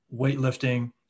weightlifting